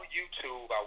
YouTube